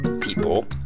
people